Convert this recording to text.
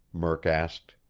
murk asked.